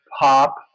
pop